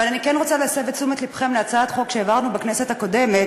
אבל אני כן רוצה להסב את תשומת לבכם להצעת חוק שהעברנו בכנסת הקודמת,